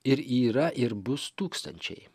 ir yra ir bus tūkstančiai